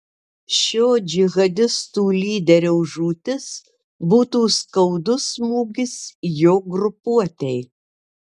šio džihadistų lyderio žūtis būtų skaudus smūgis jo grupuotei